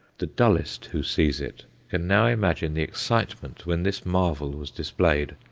the dullest who sees it can now imagine the excitement when this marvel was displayed,